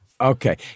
okay